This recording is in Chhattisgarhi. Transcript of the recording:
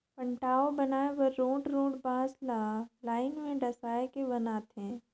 पटांव बनाए बर रोंठ रोंठ बांस ल लाइन में डसाए के बनाथे